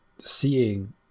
seeing